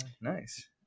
nice